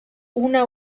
una